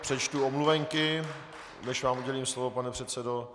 Přečtu omluvenky, než vám udělím slovo, pane předsedo.